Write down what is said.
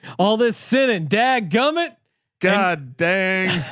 all this sin and dag gum. it god dang